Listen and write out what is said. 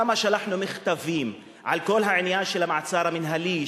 כמה מכתבים שלחנו על כל העניין של המעצר המינהלי,